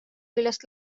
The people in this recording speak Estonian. küljest